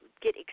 get